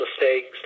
mistakes